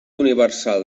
universal